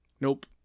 Nope